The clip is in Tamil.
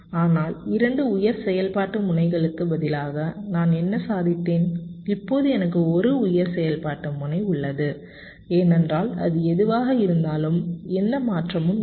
ஆனால் 2 உயர் செயல்பாட்டு முனைகளுக்கு பதிலாக நான் என்ன சாதித்தேன் இப்போது எனக்கு ஒரு உயர் செயல்பாட்டு முனை உள்ளது ஏனென்றால் அது எதுவாக இருந்தாலும் எந்த மாற்றமும் இல்லை